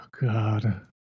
God